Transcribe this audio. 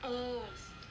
oh